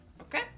Okay